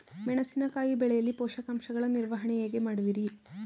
ಮೆಣಸಿನಕಾಯಿ ಬೆಳೆಯಲ್ಲಿ ಪೋಷಕಾಂಶಗಳ ನಿರ್ವಹಣೆ ಹೇಗೆ ಮಾಡುವಿರಿ?